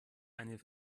eine